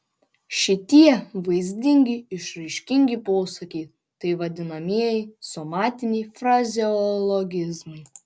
šitie vaizdingi išraiškingi posakiai tai vadinamieji somatiniai frazeologizmai